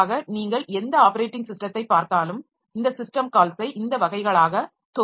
ஆக நீங்கள் எந்த ஆப்பரேட்டிங் ஸிஸ்டத்தைப் பார்த்தாலும் இந்த சிஸ்டம் கால்ஸை இந்த வகைகளாக தொகுக்க முடியும்